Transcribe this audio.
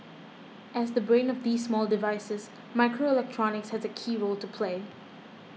as the brain of these small devices microelectronics has a key role to play